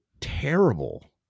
terrible